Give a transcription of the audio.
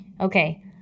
Okay